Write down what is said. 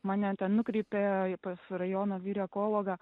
mane ten nukreipė pas rajono vyr ekologą